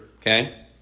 okay